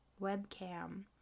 Webcam